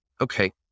okay